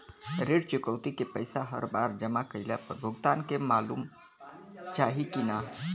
ऋण चुकौती के पैसा हर बार जमा कईला पर भुगतान के मालूम चाही की ना?